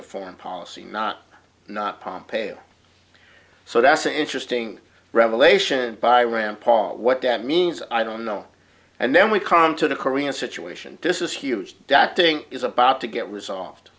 of foreign policy not not palm pale so that's an interesting revelation by rand paul what that means i don't know and then we come to the korean situation this is huge ducting is about to get resolved